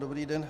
Dobrý den.